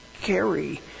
carry